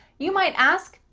you might ask,